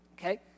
Okay